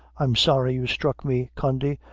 i'm sorry you struck me, condy,